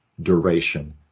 duration